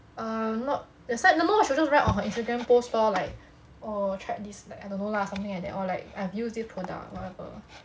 uh not that's why the most she'll just write on her instagram post lor like orh check this I don't know lah something like that or like I've used this product whatever